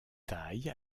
taille